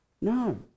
No